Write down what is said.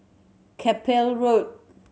Chapel Road